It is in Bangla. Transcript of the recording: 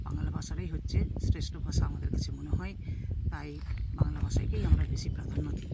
বাংলা ভাষাটাই হচ্ছে শ্রেষ্ঠ ভাষা আমাদের কাছে মনে হয় তাই বাংলা ভাষাকেই আমরা বেশি প্রাধান্য দিই